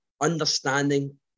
understanding